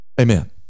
Amen